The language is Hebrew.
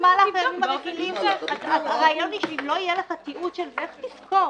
הרעיון הוא שאם לא יהיה לך תיעוד של זה, איך תזכור